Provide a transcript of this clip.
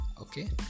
Okay